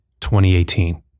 2018